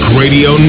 radio